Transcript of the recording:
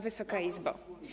Wysoka Izbo!